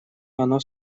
оно